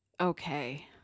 okay